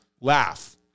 laugh